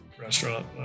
restaurant